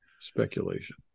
speculation